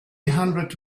hundred